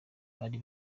bari